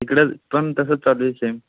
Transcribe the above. इकडं पण तसंच चालू आहे शेम